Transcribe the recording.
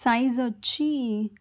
సైజొచ్చి